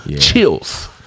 Chills